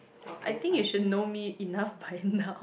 I think you should know me enough by now